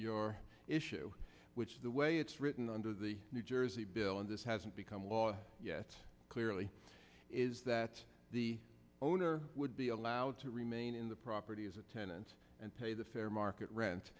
your issue which is the way it's written under the new jersey bill and this has become law yet clearly is that the owner would be allowed to remain in the property as a tenant and pay the fair market rent